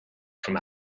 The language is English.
from